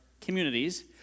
communities